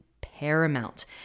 paramount